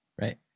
Right